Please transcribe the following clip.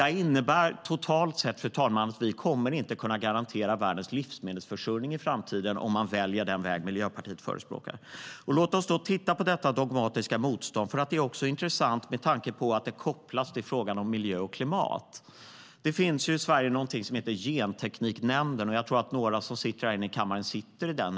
Det innebär totalt sett, fru talman, att vi i framtiden inte kommer att kunna garantera världens livsmedelsförsörjning om man väljer den väg Miljöpartiet förespråkar. Låt oss titta på detta dogmatiska motstånd. Det är nämligen intressant även med tanke på att det kopplas till frågan om miljö och klimat. Det finns i Sverige någonting som heter Gentekniknämnden, och jag tror att några som är här i kammaren sitter i den.